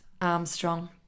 Armstrong